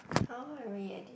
how i re-edu~